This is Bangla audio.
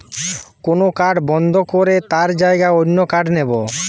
কোন কার্ড বন্ধ করে তার জাগায় অন্য কার্ড নেব